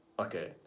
Okay